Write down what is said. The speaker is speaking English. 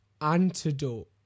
antidote